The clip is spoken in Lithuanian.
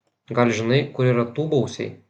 gal žinai kur yra tūbausiai